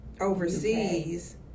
overseas